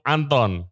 Anton